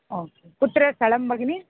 okay कुत्र स्थलं भगिनि